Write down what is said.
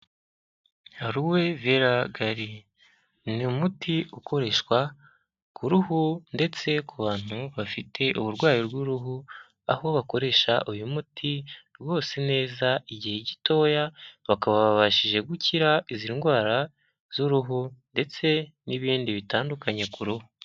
Haruwi vila gali ni umuti ukoreshwa ku ruhu ndetse ku bantu bafite uburwayi bw'uruhu aho bakoresha uyu muti rwose neza igihe gitoya bakaba babashije gukira izi ndwara z'uruhu ndetse n'ibindi bitandukanye ku ruhu.